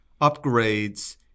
upgrades